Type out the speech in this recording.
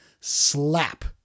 Slap